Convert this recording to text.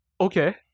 Okay